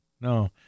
No